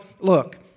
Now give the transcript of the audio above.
look